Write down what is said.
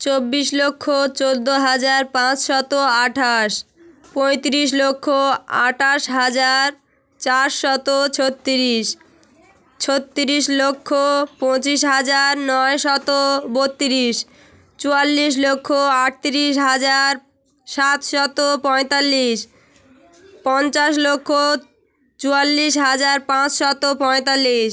চব্বিশ লক্ষ চোদ্দ হাজার পাঁচশত আঠাশ পঁয়ত্রিশ লক্ষ আঠাশ হাজার চারশত ছত্রিশ ছত্রিশ লক্ষ পঁচিশ হাজার নয়শত বত্রিশ চুয়াল্লিশ লক্ষ আটত্রিশ হাজার সাতশত পঁয়তাল্লিশ পঞ্চাশ লক্ষ চুয়াল্লিশ হাজার পাঁচশত পঁয়তাল্লিশ